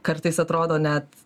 kartais atrodo net